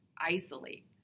isolate